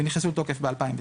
ונכנסו לתוקף ב-2019.